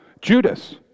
Judas